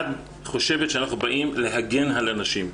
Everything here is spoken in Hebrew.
את חושבת שאנחנו באים להגן על הנשים.